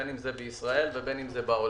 בין אם זה בישראל ובין אם זה בעולם.